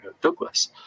Douglas